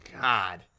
God